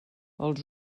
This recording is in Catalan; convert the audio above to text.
els